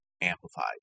amplified